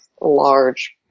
large